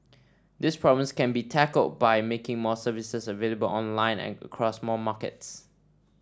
these problems can be tackled by making more services available online and across more markets